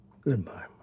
Goodbye